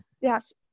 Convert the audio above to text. Yes